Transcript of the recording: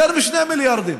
יותר מ-2 מיליארדים.